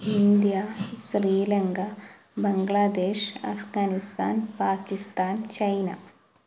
India Sri Lanka Bangladesh Afghanistan Pakistan China